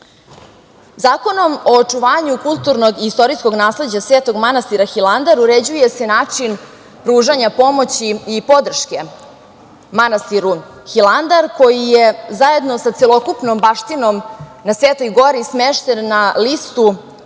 o očuvanju kulturnog i istorijskog nasleđa svetog manastira Hilandar uređuje se način pružanja pomoći i podrške manastiru Hilandar, koji je zajedno sa celokupnom baštinom na Svetoj gori smešten na listu